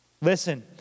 Listen